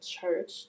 church